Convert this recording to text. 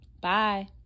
Bye